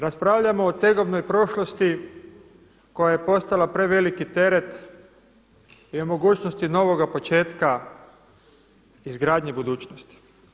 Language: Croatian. Raspravljamo o tegobnoj prošlosti koja je postala preveliki teret i o mogućnosti novoga početka izgradnje budućnosti.